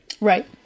Right